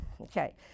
Okay